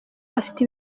afite